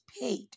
paid